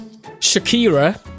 Shakira